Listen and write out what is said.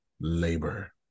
labor